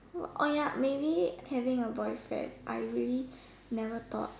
oh ya maybe having a boyfriend I really never thought